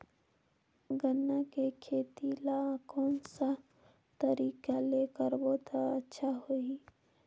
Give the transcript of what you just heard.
गन्ना के खेती ला कोन सा तरीका ले करबो त अच्छा होही?